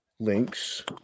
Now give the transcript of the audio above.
links